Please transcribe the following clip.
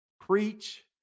preach